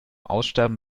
aussterben